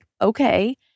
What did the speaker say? okay